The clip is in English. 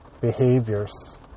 behaviors